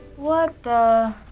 what the